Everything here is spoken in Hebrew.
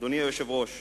אדוני היושב-ראש,